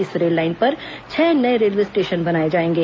इस रेललाइन पर छह नये रेलवे स्टेशन बनाए जाएंगे